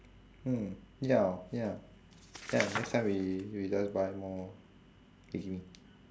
hmm ya ya ya next time we we just buy more maggi mee